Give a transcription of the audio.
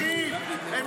לא, לא, אבל הם אזרחים.